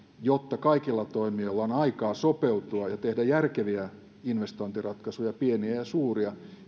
jotta kaikilla toimijoilla on aikaa sopeutua ja tehdä järkeviä investointiratkaisuja pieniä ja suuria